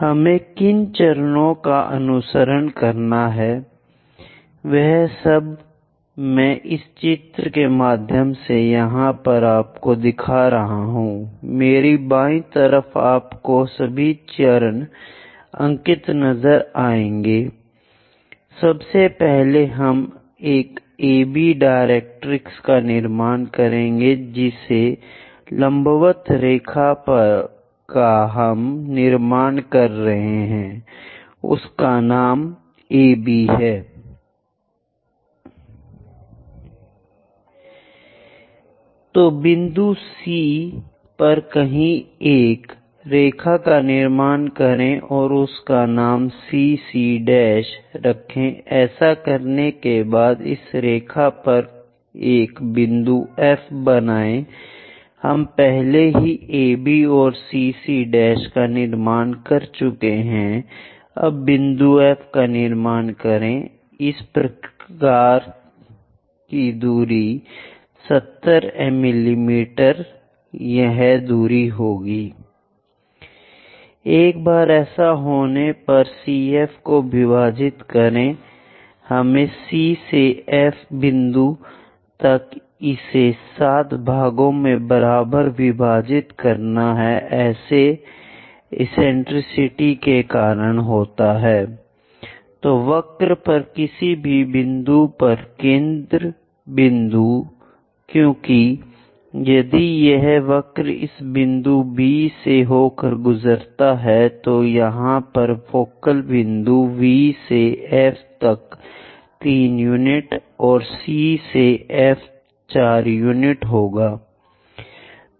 हमें किन चरणों का अनुसरण करना है वह सब मैं इस चित्र के माध्यम से यहां पर आपको दिखा रहा हूं मेरे बाई तरफ आपको सभी चरण अंकित नजर आएंगे सबसे पहले हम एकAB डायरेक्ट्रिक्स का निर्माण करेंगे जिस लंबवत रेखा का हम निर्माण कर रहे हैं उसका नाम AB है I तो बिंदु C पर कहीं पर एक रेखा का निर्माण करें और उसका नाम CC' रखें ऐसा करने के बाद इस रेखा पर एक बिंदु F बनाएं हम पहले ही AB और CC' का निर्माण कर चुके हैं अब बिंदु F का निर्माण करें इस प्रकार की 70 mm यह दूर हो I एक बार ऐसा होने पर CF को विभाजित करें हमें C से F बिंदु तक इसे सात भागों में बराबर विभाजित करना है ऐसा एसेंटेरिसिटी के कारण है I तो वक्र पर किसी भी बिंदु पर केंद्र बिंदु क्योंकि यदि यह वक्र इस बिंदु B से होकर गुजरता है तो यहां पर फोकल बिंदु V से F तक 3 यूनिट और C से F 4 यूनिट होगी